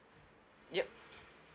yup